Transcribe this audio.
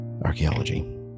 Archaeology